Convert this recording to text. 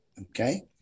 okay